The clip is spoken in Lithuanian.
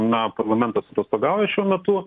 na parlamentas atostogauja šiuo metu